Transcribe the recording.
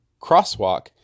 crosswalk